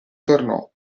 tornò